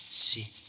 See